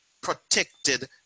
protected